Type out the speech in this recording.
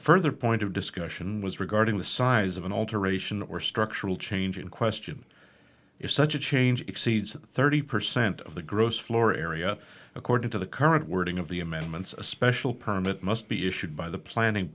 further point of discussion was regarding the size of an alteration or structural change in question if such a change exceeds thirty percent of the gross floor area according to the current wording of the amendments a special permit must be issued by the planning